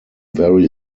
very